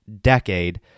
decade